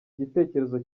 gitekerezo